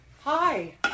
Hi